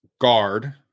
guard